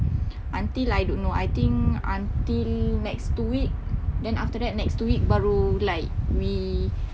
until I don't know I think until next two week then after that next two week baru like we